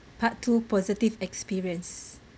part two positive experience